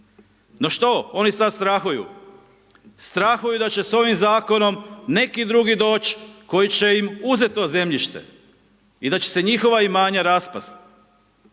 No što? Oni sad strahuju. Strahuju da će s ovim Zakonom neki drugi doći, koji će im uzeti to zemljište i da će se njihova imanja raspasti.